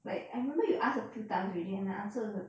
like I remember you ask a few times already and my answer 是